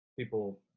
People